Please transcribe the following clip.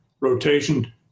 rotation